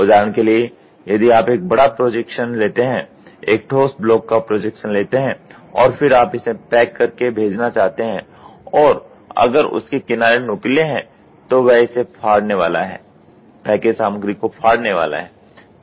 उदाहरण के लिए यदि आप एक बड़ा प्रोजेक्शन लेते हैं एक ठोस ब्लॉक का प्रोजेक्शन लेते हैं और फिर आप इसे पैक करके भेजना चाहते हैं और अगर उसके किनारे नुकीले हैं तो वह इसे फाड़ने वाला है पैकेज सामग्री को फाड़ने वाला है